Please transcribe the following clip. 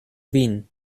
vin